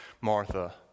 Martha